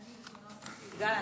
אני בזמנו עשיתי ועדה עם גלנט,